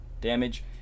damage